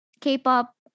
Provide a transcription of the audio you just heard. K-pop